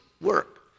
Work